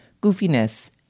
goofiness